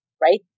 right